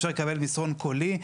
אפשר לקבל מסרון קולי,